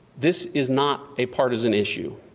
this is not a partisan issue.